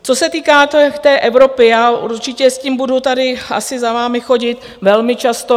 Co se týká té Evropy, já určitě s tím budu tady asi za vámi chodit velmi často.